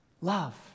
love